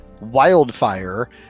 Wildfire